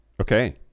Okay